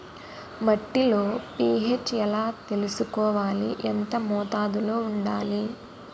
మట్టిలో పీ.హెచ్ ఎలా తెలుసుకోవాలి? ఎంత మోతాదులో వుండాలి?